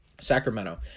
Sacramento